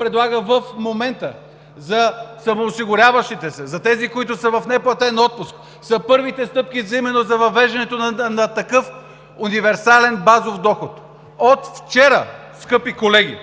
предлага в момента за самоосигуряващите се, за тези, които са в неплатен отпуск, са първите стъпки именно за въвеждането на такъв универсален базов доход! От вчера, скъпи колеги,